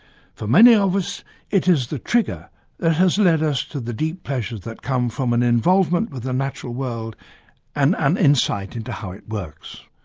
for many of us it is the trigger that has led us to the deep pleasures that come from an involvement with the natural world and an insight into how it works.